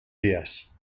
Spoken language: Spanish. días